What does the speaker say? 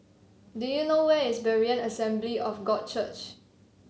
do you know where is Berean Assembly of God Church